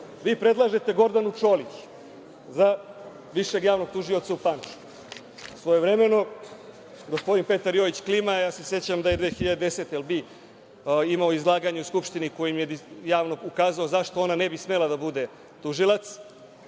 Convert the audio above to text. Vi predlažete Gordanu Čolić za Višeg javnog tužioca. Svojevremeno, gospodin Petar Jojić klima, ja se sećam da je 2010. godine imao izlaganje u Skupštini kojim je javno ukazao zašto ona ne bi smela da bude tužilac.